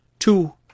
Two